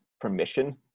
permission